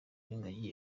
b’ingagi